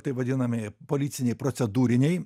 taip vadinami policiniai procedūriniai